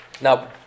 Now